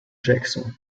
jackson